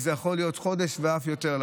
וזה יכול להיות חודש ואף יותר.